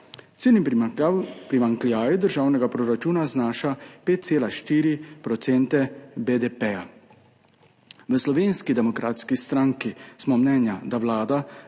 primanjkljaj državnega proračuna znaša 5,4 % BDP. V Slovenski demokratski stranki smo mnenja, da Vlada